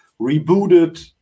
rebooted